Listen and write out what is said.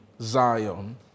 Zion